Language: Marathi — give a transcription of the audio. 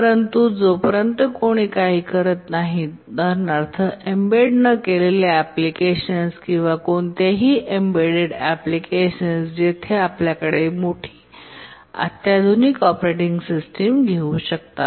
परंतु जोपर्यंत कोणी काही करत नाही उदाहरणार्थ एम्बेडेड न केलेले एप्लीकेशनस किंवा कोणतेही एम्बेडेड एप्लीकेशनस जेथे आपल्याकडे मोठी अत्याधुनिक ऑपरेटिंग सिस्टम घेऊ शकतात